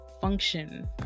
function